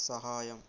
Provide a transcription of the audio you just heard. సహాయం